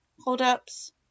hold-ups